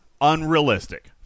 unrealistic